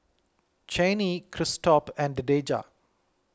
Chanie Christop and Deja